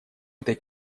этой